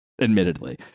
admittedly